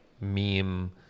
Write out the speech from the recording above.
meme